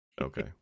okay